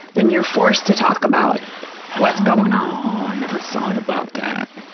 then you're forced to talk about what's going on. oh. i never thought about that.